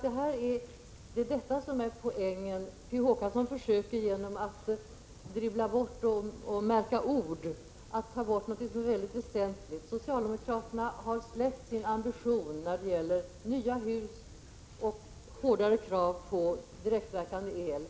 Det är detta som är poängen. P. O. Håkansson försöker genom att märka ord dribbla bort något väsentligt. Socialdemokraterna har släppt sin ambition när det gäller nya hus och hårdare krav på direktverkande el.